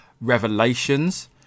revelations